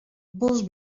vols